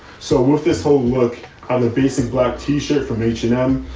so with this whole work on a basic black tee shirt from h, and, m,